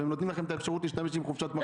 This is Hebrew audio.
והם נותנים לכם את האפשרות להשתמש בחופשת מחלה.